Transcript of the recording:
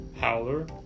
Howler